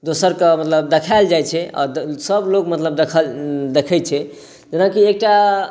दोसरकेँ मतलब देखाओल जाइत छै आओर सभलोग मतलब देखल देखैत छै जेना कि एकटा